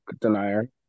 denier